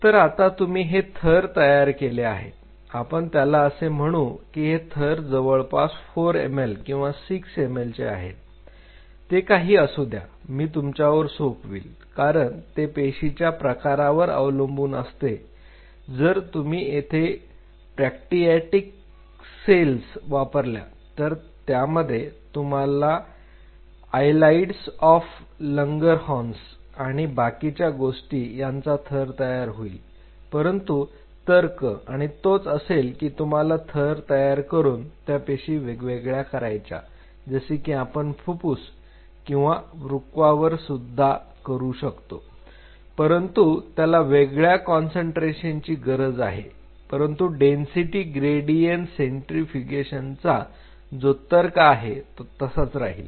तर आता तुम्ही हे थर तयार केले आहेत आपण त्याला असे म्हणू की हे थर जवळपास 4 ml किंवा 6 ml चे आहेत ते काही असू द्या मी तुमच्यावर सोपविल कारण ते पेशीच्या प्रकारावर अवलंबून असते जर तुम्ही तेथे पँक्रियाटिक सेल्स वापरल्या तर त्यामध्ये तुम्हाला आयलाइट्स ऑफ लांगरहांस आणि बाकीच्या गोष्टी यांचा थर तयार होईल परंतु तर्क तोच असेल की तुम्हाला थर तयार करून या पेशी वेगळ्या करायचा जसे की आपण फुप्फूस किंवा वृक्कावरसुद्धा करू शकतो परंतु त्याला वेगळ्या कॉन्सन्ट्रेशन ची गरज आहे परंतु डेन्सिटी ग्रेडियंट सेंट्रींफ्युगेशनचा जो तर्क आहे तो तसाच राहील